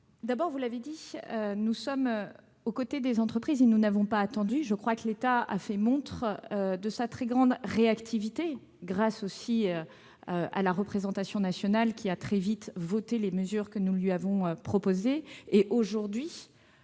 Pemezec, vous l'avez rappelé, nous sommes aux côtés des entreprises et nous n'avons pas attendu. L'État a fait montre de sa très grande réactivité, épaulé en cela par la représentation nationale, qui a très vite voté les mesures que nous lui avons proposées.